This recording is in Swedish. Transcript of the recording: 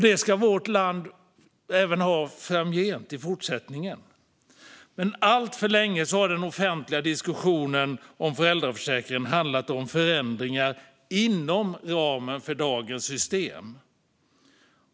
Den ska vårt land ha även framgent. Men alltför länge har den offentliga diskussionen om föräldraförsäkringen handlat om förändringar inom ramen för dagens system.